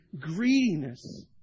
greediness